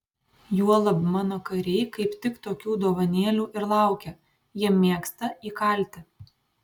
juolab mano kariai kaip tik tokių dovanėlių ir laukia jie mėgsta įkalti